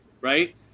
right